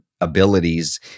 abilities